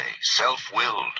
self-willed